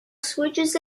switches